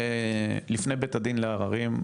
לפני בית הדין לערערים,